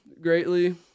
greatly